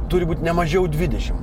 turi būt ne mažiau dvidešim